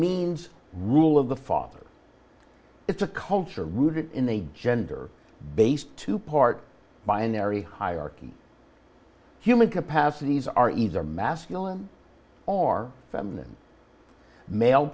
means rule of the father it's a culture rooted in a gender based two part by an airy hierarchy human capacities are either masculine are feminine male